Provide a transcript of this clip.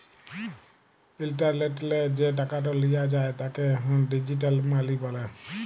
ইলটারলেটলে যে টাকাট লিয়া যায় তাকে ডিজিটাল মালি ব্যলে